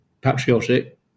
patriotic